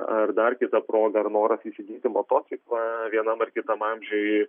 ar dar kita proga ar noras įsigyti motociklą vienam ar kitam amžiui